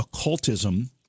occultism